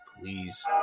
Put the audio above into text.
Please